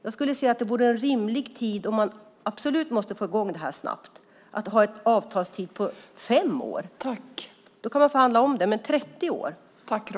Jag skulle säga att det vore rimligt, om man absolut måste få i gång det här snabbt, att ha en avtalstid på fem år. Då kan man omförhandla det. Men 30 år?